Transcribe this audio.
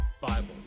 Bible